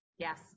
Yes